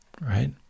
right